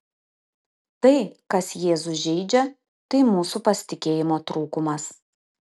tai kas jėzų žeidžia tai mūsų pasitikėjimo trūkumas